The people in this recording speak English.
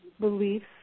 Beliefs